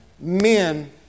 men